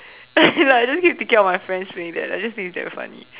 like I just keep thinking of my friends doing that I just think that it's damn funny